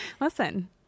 listen